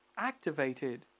Activated